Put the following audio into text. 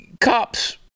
cops—